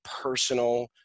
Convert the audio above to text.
personal